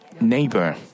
neighbor